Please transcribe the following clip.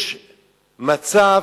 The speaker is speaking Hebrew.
יש מצב